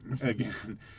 again